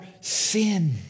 sin